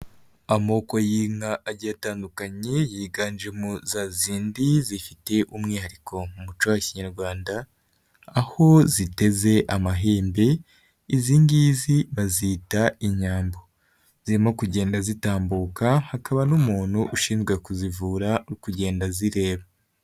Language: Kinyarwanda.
Amoko y'inka agiye atandukanye, yiganje mu za zindi zifite umwihariko mu muco wa kinyarwanda, aho ziteze amahimbe, izi ngizi bazita inyambo. Zirimo kugenda zitambuka, hakaba n'umuntu ushinzwe kuzivura, uri kugenda azireba.